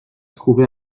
trouvé